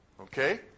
Okay